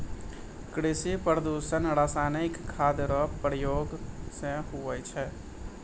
कृषि प्रदूषण रसायनिक खाद रो प्रयोग से हुवै छै